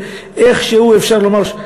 איכשהו אפשר לומר,